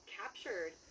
captured